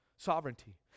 Sovereignty